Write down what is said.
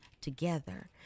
together